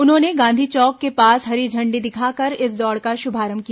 उन्होंने गांधी चौक के पास हरी झण्डी दिखाकर इस दौड़ का शुभारंभ किया